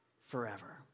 forever